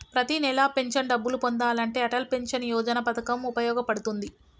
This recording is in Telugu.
ప్రతి నెలా పెన్షన్ డబ్బులు పొందాలంటే అటల్ పెన్షన్ యోజన పథకం వుపయోగ పడుతుంది